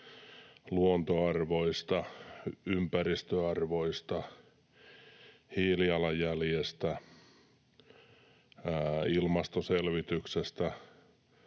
luontoarvoista, ympäristöarvoista, hiilijalanjäljestä, ilmastoselvityksestä,